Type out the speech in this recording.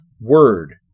word